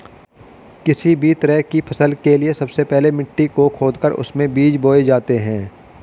किसी भी तरह की फसल के लिए सबसे पहले मिट्टी को खोदकर उसमें बीज बोए जाते हैं